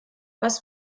was